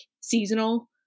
seasonal